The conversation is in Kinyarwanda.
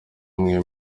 umwe